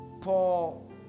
Paul